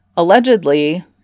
Allegedly